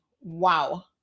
Wow